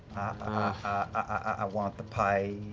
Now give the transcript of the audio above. i want the pike.